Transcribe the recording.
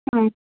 ಹ್ಞೂ